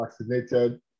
vaccinated